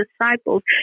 disciples